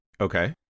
Okay